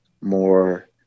more